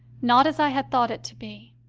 not as i had thought it to be.